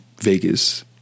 vegas